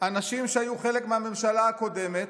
אנשים שהיו חלק מהממשלה הקודמת,